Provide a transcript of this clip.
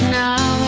now